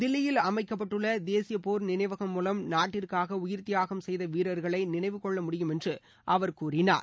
தில்லியில் அமைக்கப்பட்டுள்ள தேசிய போர் நினைவகம் மூலம் நாட்டிற்காக உயிர்தியாகம் செய்த வீரர்களை நினைவுகொள்ள முடியும் என்று கூறினார்